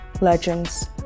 legends